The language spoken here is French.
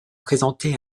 présenté